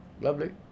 lovely